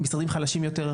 משרדים חלשים יותר,